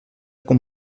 com